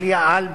פליאה אלבק,